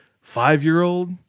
five-year-old